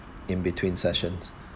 in between sessions